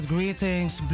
Greetings